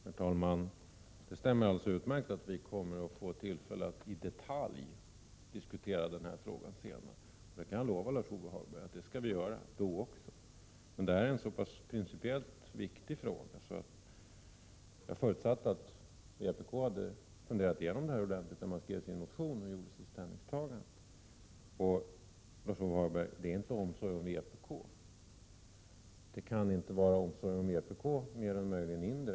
Herr talman! Det stämmer alldeles utmärkt att vi kommer att få tillfälle att senare diskutera denna fråga i detalj. Jag kan lova Lars-Ove Hagberg att vi också skall göra detta. Men det här är en principiellt så pass viktig fråga att jag förutsatte att vpk hade funderat över den ordentligt när man skrev sin motion och gjorde sitt ställningstagande. Jag ställde inte frågan av omsorg om vpk, Lars-Ove Hagberg. Det kan inte vara fråga om omsorg om vpk, utan snarare om mindre om vpk och mera om andra.